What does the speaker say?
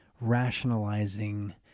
rationalizing